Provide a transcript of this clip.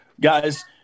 Guys